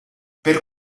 per